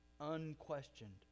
unquestioned